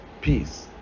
peace